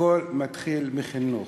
הכול מתחיל מחינוך.